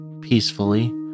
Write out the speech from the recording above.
peacefully